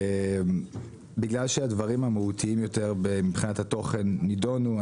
בגלל שהדברים המהותיים יותר מבחינת התוכן נידונו,